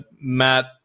Matt